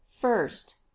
first